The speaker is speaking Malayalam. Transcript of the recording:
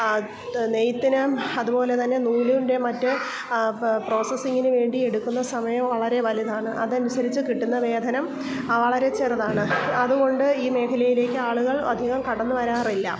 നെയ്ത്തിന് അതുപോല തന്നെ നൂലിൻ്റെ മറ്റ് പ്രോസസ്സിങ്ങിന് വേണ്ടി എടുക്കുന്ന സമയം വളരെ വലുതാണ് അതനുസരിച്ച് കിട്ടുന്ന വേതനം വളരെ ചെറുതാണ് അതുകൊണ്ട് ഈ മേഖലയിലേക്ക് ആളുകൾ അധികം കടന്ന് വരാറില്ല